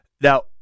Now